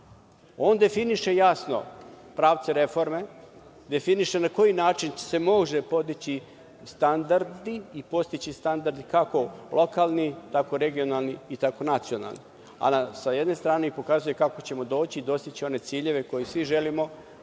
On definiše, jasno, pravce reforme, definiše na koji način se mogu podići standardi i postići standardi, kako lokalni, tako regionalni i tako nacionalni. Sa jedne strane, pokazuje i kako ćemo doći dostići one ciljeve koje svi želimo, a to